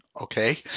Okay